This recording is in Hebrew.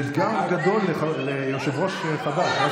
זה אתגר גדול ליושב-ראש חדש.